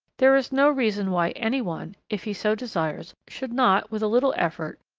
there is no reason why any one, if he so desires, should not, with a little effort,